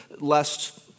lest